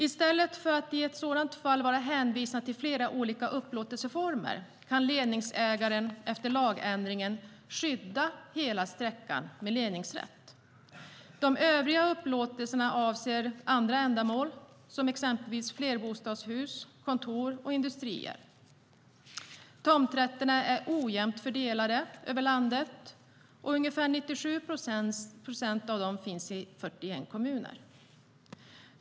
I stället för att i ett sådant fall vara hänvisad till flera olika upplåtelseformer kan ledningsägaren efter lagändringen skydda hela sträckan med ledningsrätt. De övriga upplåtelserna avser andra ändamål, exempelvis flerbostadshus, kontor och industrier. Tomträtterna är ojämnt fördelade över landet; ungefär 97 procent finns i 41 kommuner.